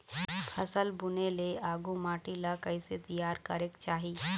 फसल बुने ले आघु माटी ला कइसे तियार करेक चाही?